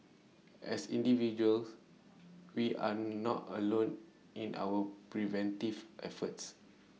as individuals we are not alone in our preventive efforts